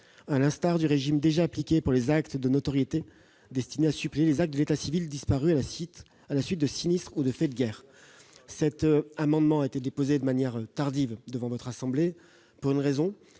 à l'instar du régime déjà appliqué pour les actes de notoriété destinés à suppléer les actes de l'état civil disparus à la suite de sinistres ou de faits de guerre. Cet amendement a été déposé tardivement devant votre assemblée, car il reprend